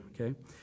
okay